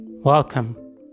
Welcome